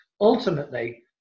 ultimately